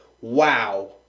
wow